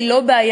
היא לא בעיה,